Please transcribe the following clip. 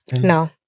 No